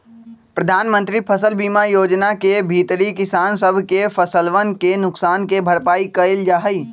प्रधानमंत्री फसल बीमा योजना के भीतरी किसान सब के फसलवन के नुकसान के भरपाई कइल जाहई